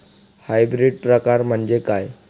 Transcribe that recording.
Hybrid प्रकार म्हणजे काय?